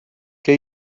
què